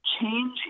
change